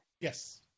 Yes